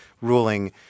ruling